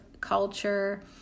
culture